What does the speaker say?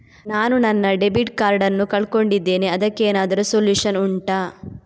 ನಾನು ನನ್ನ debit card ನ್ನು ಕಳ್ಕೊಂಡಿದ್ದೇನೆ ಅದಕ್ಕೇನಾದ್ರೂ ಸೊಲ್ಯೂಷನ್ ಉಂಟಾ